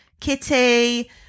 Kitty